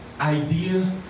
idea